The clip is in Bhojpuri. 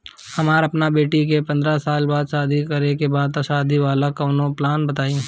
हमरा अपना बेटी के पंद्रह साल बाद शादी करे के बा त शादी वाला कऊनो प्लान बताई?